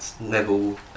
level